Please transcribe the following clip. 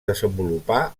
desenvolupà